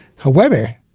however,